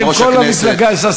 אתם את כל המפלגה הזזתם,